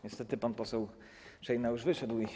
Niestety, pan poseł Szejna już wyszedł i.